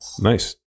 Nice